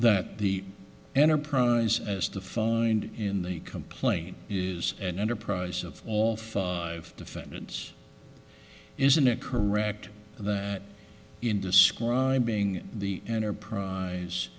that the enterprise as defined in the complaint is an enterprise of all five defendants isn't it correct that in describing the enterprise